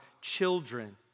children